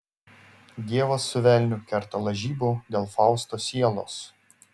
dievas su velniu kerta lažybų dėl fausto sielos